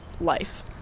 life